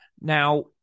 Now